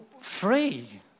free